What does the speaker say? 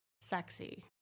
sexy